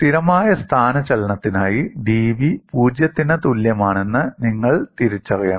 സ്ഥിരമായ സ്ഥാനചലനത്തിനായി dV 0 ത്തിന് തുല്യമാണെന്ന് നിങ്ങൾ തിരിച്ചറിയണം